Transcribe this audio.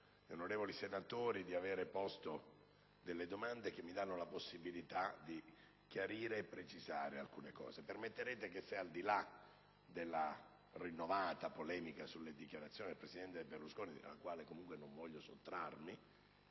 onorevoli senatori per aver posto delle domande che mi danno la possibilità di chiarire e precisare alcune considerazioni. Al di là della rinnovata polemica sulle dichiarazioni del presidente Berlusconi, alla quale comunque non voglio sottrarmi,